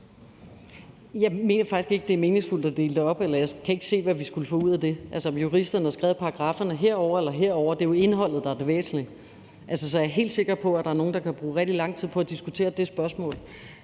Jeg mener faktisk ikke, det er meningsfuldt at dele det op; jeg kan ikke se, hvad vi skulle få ud af det, altså om juristerne har skrevet paragrafferne her eller der – det er jo indholdet, der er det væsentlige. Så jeg er helt sikker på, at der er nogle, der kan bruge rigtig lang tid på at diskutere det spørgsmål